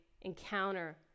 encounter